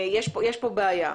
יש פה בעיה.